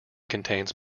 contains